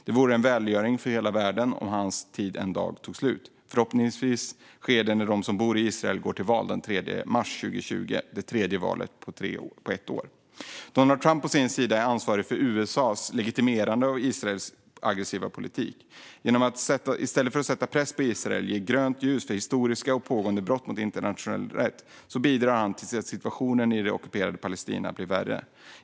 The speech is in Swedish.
Det vore en välgärning för hela världen om hans tid en dag tog slut. Förhoppningsvis sker det när de som bor i Israel går till val den 3 mars 2020 - det tredje valet på ett år. Donald Trump å sin sida är ansvarig för USA:s legitimerande av Israels aggressiva politik. I stället för att sätta press på Israel ger han grönt ljus för historiska och pågående brott mot internationell rätt och bidrar till att situationen i det ockuperade Palestina blir värre.